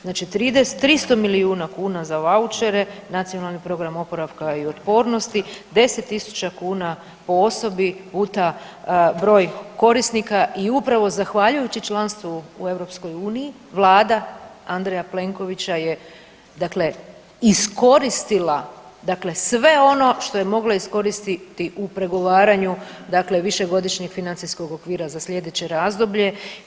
Znači 300 milijuna kuna za vouchere, Nacionalni program oporavka i otpornosti, 10 000 kuna po osobi puta broj korisnika i upravo zahvaljujući članstvu u EU Vlada Andreja Plenkovića je, dakle iskoristila dakle sve ono što je mogla iskoristiti u pregovaranju, dakle višegodišnjeg financijskog okvira za sljedeće razdoblje.